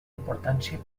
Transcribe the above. importància